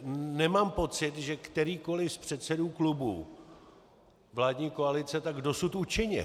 Nemám pocit, že kterýkoliv z předsedů klubů vládní koalice tak dosud učinil.